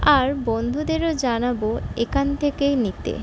আর বন্ধুদেরও জানাবো এখান থেকেই নিতে